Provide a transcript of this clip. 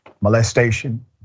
molestation